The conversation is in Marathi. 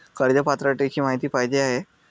कर्ज पात्रतेची माहिती पाहिजे आहे?